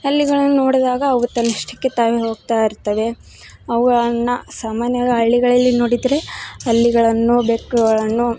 ಹಲ್ಲಿಗಳನ್ನು ನೋಡಿದಾಗ ಅವು ತನ್ನಷ್ಟಕ್ಕೆ ತಾವೇ ಹೋಗ್ತಾ ಇರ್ತವೆ ಅವನ್ನ ಸಾಮಾನ್ಯವಾಗಿ ಹಳ್ಳಿಗಳಲ್ಲಿ ನೋಡಿದರೆ ಹಲ್ಲಿಗಳನ್ನು ಬೆಕ್ಕುಗಳನ್ನು